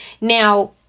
Now